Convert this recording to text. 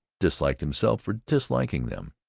disliked himself for disliking them.